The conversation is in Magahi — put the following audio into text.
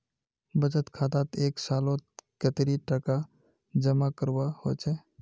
बचत खातात एक सालोत कतेरी टका जमा करवा होचए?